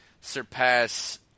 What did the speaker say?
surpass